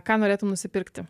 ką norėtum nusipirkti